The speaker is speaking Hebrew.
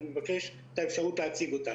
אני מבקש את האפשרות להציג אותה.